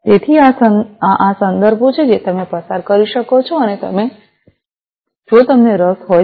તેથી આ આ સંદર્ભો છે જે તમે પસાર કરી શકો છો અને જો તમને રસ હોય તો